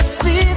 see